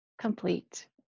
complete